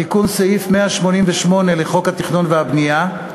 תיקון סעיף 188 לחוק התכנון והבנייה: